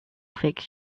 fix